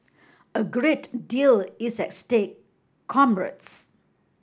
a great deal is at stake